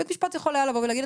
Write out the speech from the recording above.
בית משפט יכול היה לבוא ולהגיד,